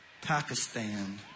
Pakistan